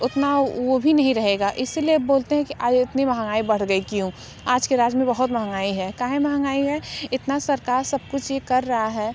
उतना वह भी नहीं रहेगा इसीलिए बोलते हैं कि आज इतनी महंगाई बढ़ गई क्यों आज के राज्य में बहुत महंगाई है काहे महंगाई है इतना सरकार सब कुछ यह कर रहा है